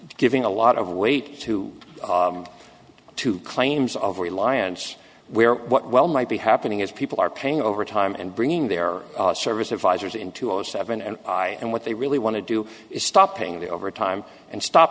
giving a lot of weight to two claims of reliance where what well might be happening is people are paying overtime and bringing their service advisors into zero seven and i and what they really want to do is stop paying the overtime and stop